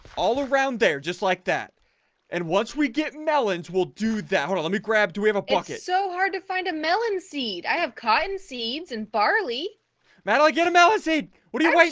all around there just like that and once we get melons will do down let me grab do we have a bucket so hard to find a melon seed i have cotton seeds and barley matt'll i get a melon seed. what are you guys?